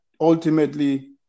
ultimately